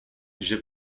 j’ai